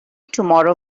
tomorrow